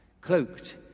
cloaked